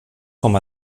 com